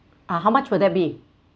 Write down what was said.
uh how much will that be